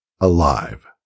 alive